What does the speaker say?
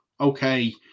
okay